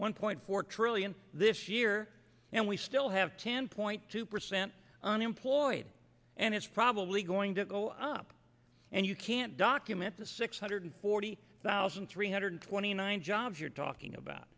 one point four trillion this year and we still have ten point two percent unemployed and it's probably going to go up and you can't document the six hundred forty thousand three hundred twenty nine jobs you're talking about